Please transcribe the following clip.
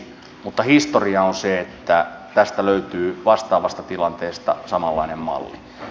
mutta historia on se että tästä löytyy vastaavasta tilanteesta samanlainen malli